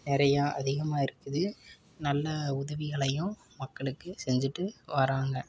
நிறையா அதிகமாக இருக்குது நல்ல உதவிகளையும் மக்களுக்கு செஞ்சிட்டு வராங்க